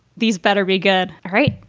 these better be good. all right.